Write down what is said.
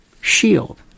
Shield